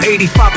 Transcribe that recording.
85%